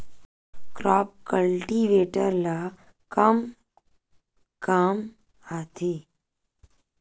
Crop cultivator ला कमा काम आथे?